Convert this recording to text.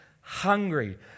hungry